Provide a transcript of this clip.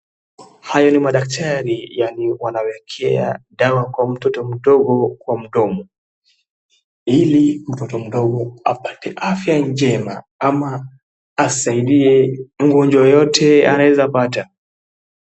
Hayo ni madaktari yaani wanawekea dawa kwa mtoto mdogo kwa mdomo, ili mtoto mdogo apate afya njema ama asaidie mgonjwa yeyote anaeza pata.